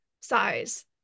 size